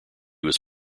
was